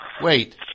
Wait